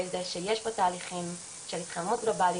זה שיש פה תהליכים של התחממות גלובלית,